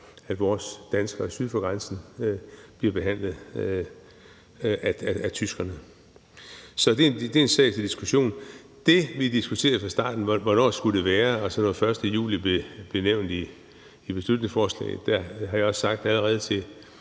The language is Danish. at vores danskere syd for grænsen bliver behandlet på samme måde af tyskerne. Så det er en sag til diskussion. Vi diskuterede i starten, hvornår det skulle være, og her er 1. juli blevet nævnt i beslutningsforslaget. Jeg har allerede sagt